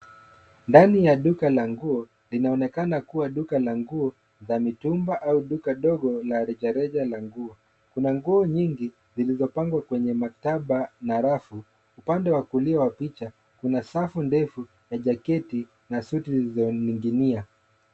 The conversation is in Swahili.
Ndani ya duka la nguo, linaonekana kua duka la nguo za mitumba au duka ndogo la rejareja la nguo. Kuna nguo nyingi zilzopangwa kwenye maktaba na rafu. Upande wa kulia wa picha kuna safu ndefu za jaketi na suti zilizoninginia.